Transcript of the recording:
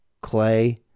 clay